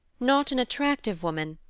not an attractive woman,